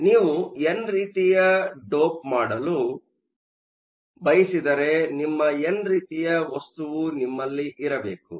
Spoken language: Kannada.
ಆದ್ದರಿಂದ ನೀವು ಎನ್ ರೀತಿಯ ಡೋಪ್ ಮಾಡಲು ಬಯಸಿದರೆ ನಿಮ್ಮ ಎನ್ ರೀತಿಯ ವಸ್ತುವು ನಿಮ್ಮಲ್ಲಿ ಇರಬೇಕು